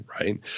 right